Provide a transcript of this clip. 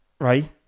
right